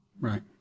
Right